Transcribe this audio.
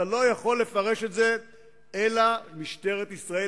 אתה לא יכול לפרש את זה אחרת מכך שמשטרת ישראל